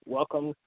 Welcome